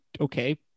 Okay